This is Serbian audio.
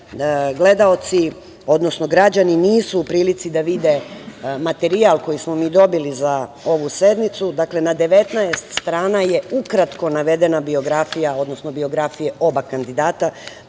i drugi kandidat. Građani nisu u prilici da vide materijal koji smo mi dobili za ovu sednicu. Dakle, na 19 strana je ukratko navedena biografija, odnosno biografije oba kandidata.